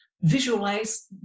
visualize